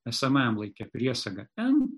esamajam laike priesaga en